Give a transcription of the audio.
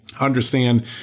understand